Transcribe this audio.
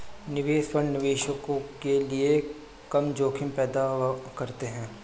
निवेश फंड निवेशकों के लिए कम जोखिम पैदा करते हैं